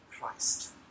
Christ